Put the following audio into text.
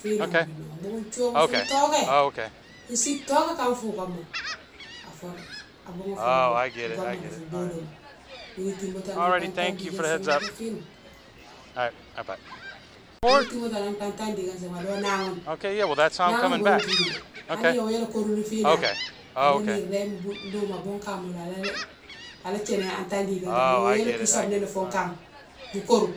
Finan boumo boughoune thiowouma foune toké fou sigue toké ka fougama afoure aboughoune fo goma difou dodoma ghounou dibatou a nantan dagne digué sima ado fine, ghounou tibate tou a nantan tagne digane sima ado naghone, naghne nro bodone toudou dé hanni yawo ya lé kouroune finane ado nire déne bou louma aboung kama lé ala djini an tagne diké rin yawo yé la kousanini foune kama mo korou